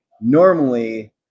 normally